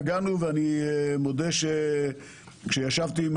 אני חושב שבנושא הזה לא נגענו,